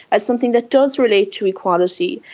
as something that does relate to equality,